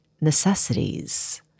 necessities